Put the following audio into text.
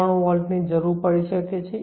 3 વોલ્ટની જરૂર પડી શકે છે